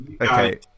Okay